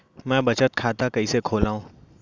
मै बचत खाता कईसे खोलव?